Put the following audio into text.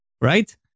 Right